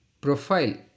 profile